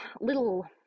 little